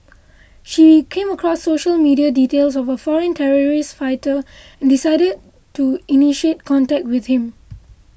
she came across social media details of a foreign terrorist fighter decided to initiate contact with him